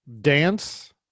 dance